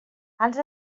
els